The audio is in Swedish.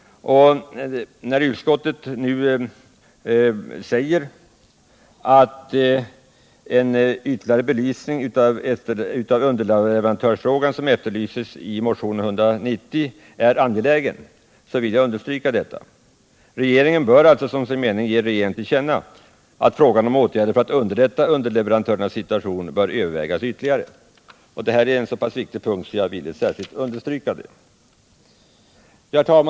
När utskottet nu säger att den ytterligare belysning av underleverantörsfrågan som efterlyses i motionen 190 är angelägen, så vill jag understryka detta. Riksdagen bör alltså som sin mening ge regeringen till känna att frågan om åtgärder för att underlätta underleverantörernas situation bör övervägas ytterligare. Det här är en så pass viktig punkt att jag särskilt velat understryka detta.